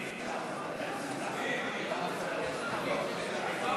הצעת סיעת הרשימה המשותפת